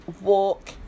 walk